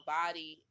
body